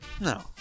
No